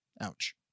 Ouch